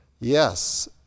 Yes